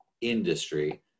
industry